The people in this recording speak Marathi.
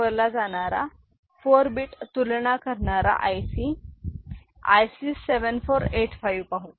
X Yin आता आपण प्रत्यक्ष वापरला जाणारा 4 bit तुलना करणारा IC IC 7485 पाहू